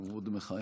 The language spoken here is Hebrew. הוא עוד מכהן.